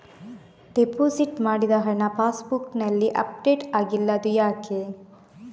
Deposit ಮಾಡಿದ ಹಣ ಪಾಸ್ ಬುಕ್ನಲ್ಲಿ ಅಪ್ಡೇಟ್ ಆಗಿಲ್ಲ ಅದು ಯಾಕೆ?